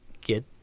get